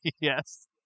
Yes